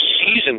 season